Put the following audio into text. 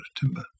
timber